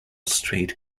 street